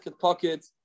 pocket